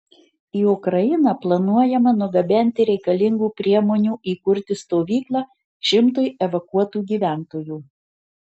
į ukrainą planuojama nugabenti reikalingų priemonių įkurti stovyklą šimtui evakuotų gyventojų